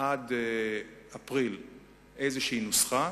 עד אפריל נוסחה